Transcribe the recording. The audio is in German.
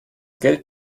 geld